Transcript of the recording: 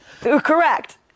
Correct